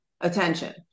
attention